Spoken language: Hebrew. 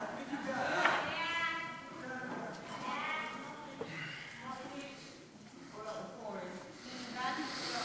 ההצעה להעביר את הצעת חוק שחרור על-תנאי ממאסר (תיקון מס' 16),